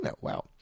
Wow